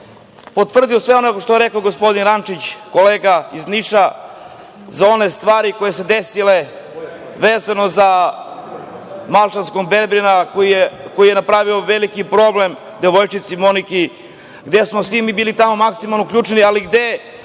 bih sve ono što je rekao gospodin Rančić, kolega iz Niša, za one stvari koje su se desile vezano za malčanskog berberina, koji je napravio veliki problem devojčici Moniki, gde smo svi bili maksimalno uključeni, ali gde